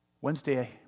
Wednesday